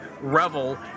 Revel